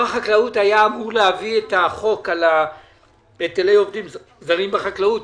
שר החקלאות היה אמור להביא את החוק על היטלי עובדים זרים בחקלאות.